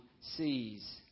sees